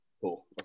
cool